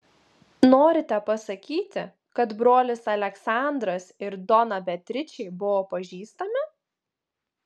norite pasakyti kad brolis aleksandras ir dona beatričė buvo pažįstami